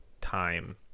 time